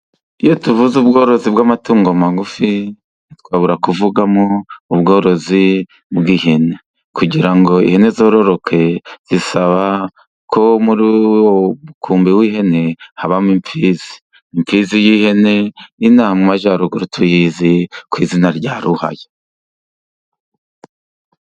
Iyo tuvuze ubworozi bw'amatungo magufi, ntitwabura kuvugamo ubworozi bw'ihene. Kugira ngo ihene zororoke zisaba ko muri uwo mukumbi w'ihene habamo imfizi. Imfizi y'ihene inaha mu majyaruguru tuyizi ku izina rya Ruhaya.